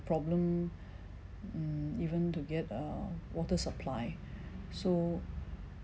problem mm even to get a water supply so